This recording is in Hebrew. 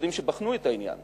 מכובדים שבחנו את העניין,